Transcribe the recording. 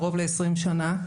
קרוב ל-20 שנים.